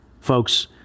folks